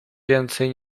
więcej